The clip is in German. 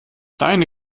deine